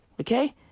okay